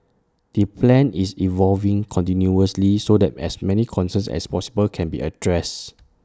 the plan is evolving continuously so that as many concerns as possible can be addressed